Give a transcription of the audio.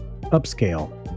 upscale